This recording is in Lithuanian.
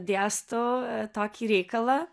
dėstau tokį reikalą